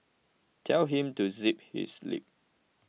tell him to zip his lip